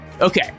Okay